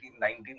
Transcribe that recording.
1999